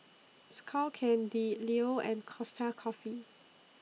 Skull Candy Leo and Costa Coffee